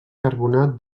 carbonat